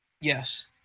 Yes